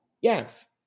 Yes